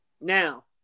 Now